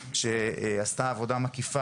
שאת חלקם גם ציינתי